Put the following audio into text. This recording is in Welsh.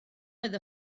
oedd